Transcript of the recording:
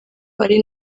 ari